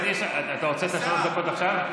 אתה רוצה את שלוש הדקות עכשיו?